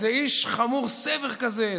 איש חמור סבר כזה,